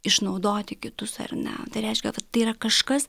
išnaudoti kitus ar ne tai reiškia kad tai yra kažkas